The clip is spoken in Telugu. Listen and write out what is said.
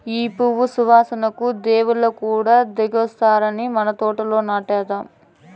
ఈ పువ్వు సువాసనకు దేవుళ్ళు కూడా దిగొత్తారట మన తోటల నాటుదాం